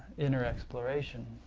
inner exploration,